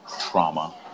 trauma